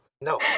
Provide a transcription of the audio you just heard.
no